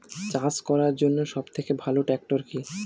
চাষ করার জন্য সবথেকে ভালো ট্র্যাক্টর কি?